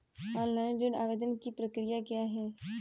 Online ऋण आवेदन की प्रक्रिया क्या है?